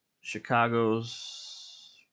Chicago's